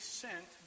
sent